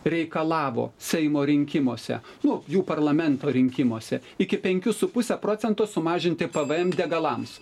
reikalavo seimo rinkimuose nu jų parlamento rinkimuose iki penkių su puse procento sumažinti pvm degalams